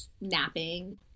napping